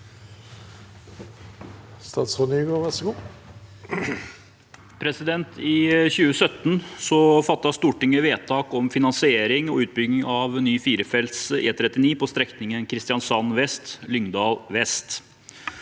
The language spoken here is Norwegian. I 2017 fattet Stortinget vedtak om finansiering og utbygging av ny firefelts E39 på strekningen Kristiansand vest–Lyngdal vest.